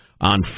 on